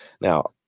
Now